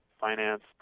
finance